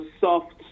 soft